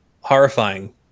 horrifying